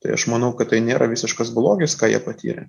tai aš manau kad tai nėra visiškas blogis ką jie patyrė